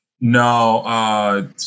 no